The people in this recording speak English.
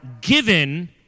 given